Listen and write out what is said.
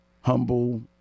humble